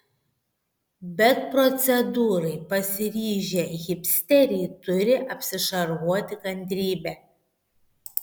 bet procedūrai pasiryžę hipsteriai turi apsišarvuoti kantrybe